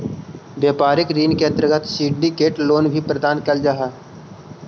व्यापारिक ऋण के अंतर्गत सिंडिकेट लोन भी प्रदान कैल जा हई